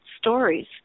stories